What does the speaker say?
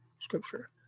scripture